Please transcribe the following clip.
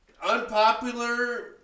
Unpopular